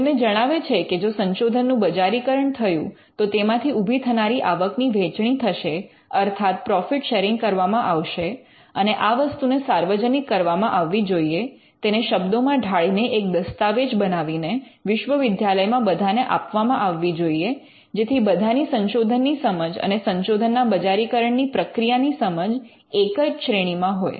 તેમને જણાવે છે કે જો સંશોધનનું બજારીકરણ થયું તો તેમાંથી ઊભી થનારી આવક ની વહેચણી થશે અર્થાત પ્રૉફિટ શૅરિંગ કરવામાં આવશે અને આ વસ્તુને સાર્વજનિક કરવામાં આવવી જોઈએ તેને શબ્દોમાં ઢાળીને એક દસ્તાવેજ બનાવીને વિશ્વવિદ્યાલયમાં બધાને આપવામાં આવવી જોઈએ જેથી બધાની સંશોધનની સમજ અને સંશોધનના બજારીકરણની પ્રક્રિયાની સમજ એક જ શ્રેણીમાં હોય